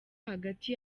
hagati